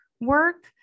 work